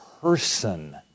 person